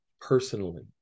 personally